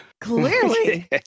Clearly